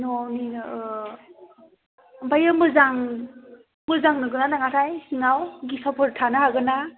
न'निनो ओमफ्राय मोजां मोजां नंगौैना नङाथाय सिङाव गेसावफोर थानो हागौना